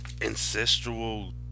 ancestral